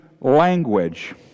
language